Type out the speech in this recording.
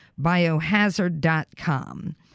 biohazard.com